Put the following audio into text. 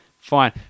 fine